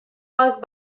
bug